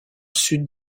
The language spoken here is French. sud